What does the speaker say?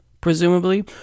presumably